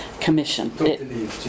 Commission